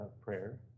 prayer